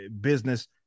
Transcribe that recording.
business